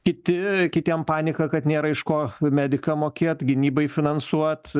kiti kitiem panika kad nėra iš ko medikam mokėt gynybai finansuot